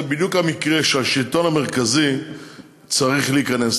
זה בדיוק המקרה שהשלטון המרכזי צריך להיכנס,